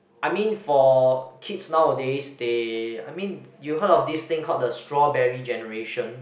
I mean for kids nowadays they I mean you heard of this thing called the strawberry generation